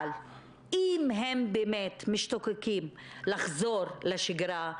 אבל אם הם באמת משתוקקים לחזור לשגרה,